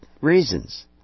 reasons